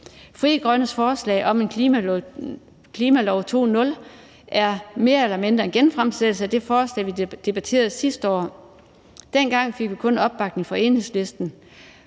Frie Grønnes forslag om en klimalov 2.0 er mere eller mindre en genfremsættelse af det forslag, vi debatterede sidste år. Dengang fik vi kun opbakning fra Enhedslisten,